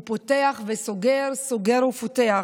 הוא פותח וסוגר, סוגר ופותח.